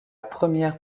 première